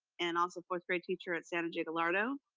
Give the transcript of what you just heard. and also fourth grade teacher at sandra j. gallardo.